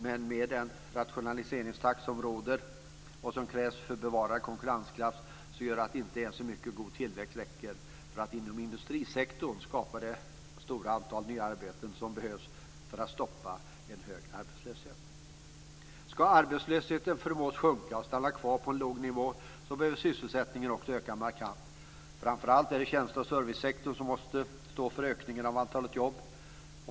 Men med den rationaliseringstakt som råder, och som krävs för att bevara konkurrenskraften, räcker inte ens en mycket god tillväxt för att inom industrisektorn skapa det stora antal nya arbeten som behövs för att stoppa en hög arbetslöshet. Om arbetslösheten ska förmås sjunka och stanna kvar på en låg nivå behöver sysselsättningen öka markant. Det är framför allt tjänste och servicesektorn som måste stå för ökningen av antalet jobb.